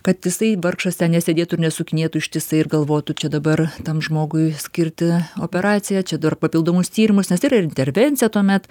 kad jisai vargšas ten nesėdėtų ir nesukinėtų ištisai ir galvotų čia dabar tam žmogui skirti operaciją čia dar papildomus tyrimus nes tai yra ir intervencija tuomet